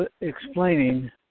explaining